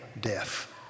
death